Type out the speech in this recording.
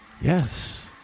Yes